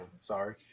Sorry